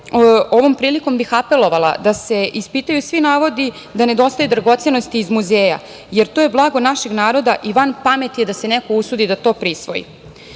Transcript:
ovom prilikom bih apelovala da se ispitaju svi navodi da ne dostaju dragocenosti iz muzeja, jer to je blago našeg naroda i van pameti je da se neko usudi da to prisvoji. Takođe